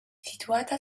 situata